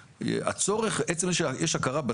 כן, אבל הסידור נעשה בעקבות קריאה טרומית.